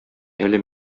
әле